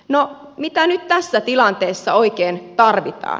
no mitä nyt tässä tilanteessa oikein tarvitaan